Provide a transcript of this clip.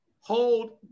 Hold